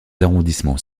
arrondissements